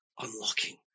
unlocking